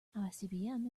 icbm